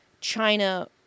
China